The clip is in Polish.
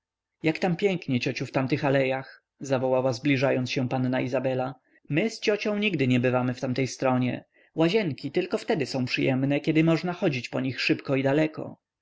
jak tam pięknie ciociu w tamtych alejach zawołała zbliżając się panna izabela my z ciocią nigdy nie bywamy w tamtej stronie łazienki tylko wtedy są przyjemne kiedy można chodzić po nich szybko i daleko